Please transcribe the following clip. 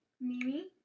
mimi